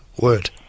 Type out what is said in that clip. word